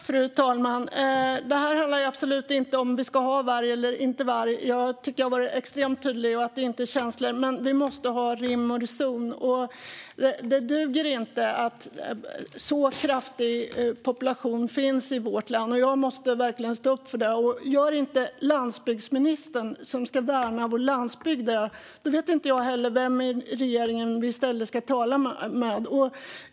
Fru talman! Det här handlar absolut inte om huruvida vi ska ha varg eller inte. Jag tycker att jag har varit extremt tydlig med det, och det handlar inte om känslor. Men vi måste ha rim och reson. Det duger inte att en sådan kraftig population finns i vårt land. Jag måste verkligen stå upp för det. Om inte landsbygdsministern, som ska värna vår landsbygd, gör det vet jag inte vem i regeringen vi i stället ska tala med.